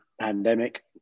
pandemic